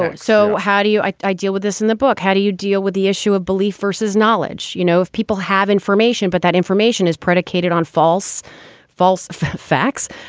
so so how do you deal with this in the book? how do you deal with the issue of belief versus knowledge? you know, if people have information, but that information is predicated on false false facts.